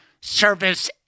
service